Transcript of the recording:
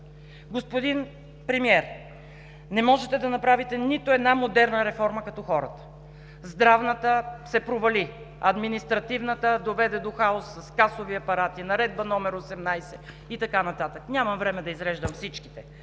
Господин Премиер, не можете да направите нито една модерна реформа като хората – здравната се провали, административната доведе до хаос с касовите апарати, Наредба № Н-18 и така нататък. Нямам време да изреждам всички,